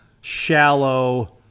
shallow